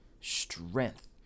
strength